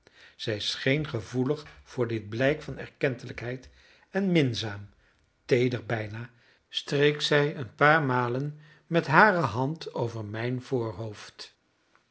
zij scheen gevoelig voor dit blijk van erkentelijkheid en minzaam teeder bijna streek zij een paar malen met hare hand over mijn voorhoofd